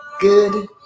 good